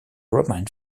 roman